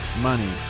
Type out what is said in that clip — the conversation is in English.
money